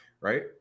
right